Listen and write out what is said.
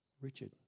Richard